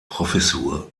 professur